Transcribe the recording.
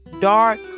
dark